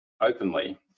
openly